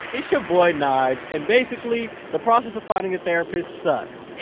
it's ya boy, nyge. and basically the process of finding a therapist sucks.